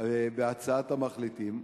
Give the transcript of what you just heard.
בהצעת המחליטים,